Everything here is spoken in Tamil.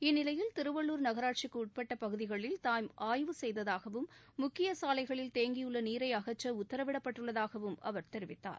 இந்நிலையில் திருவள்ளுர் நகராட்சிக்கு உட்பட்ட பகுதிகளில் தாம் ஆய்வு செய்ததாகவும் முக்கிய சாலைகளில் தேங்கியுள்ள நீரை அகற்ற உத்தரவிடப்பட்டுள்ளதாகவும் அவர் தெரிவித்தார்